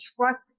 trust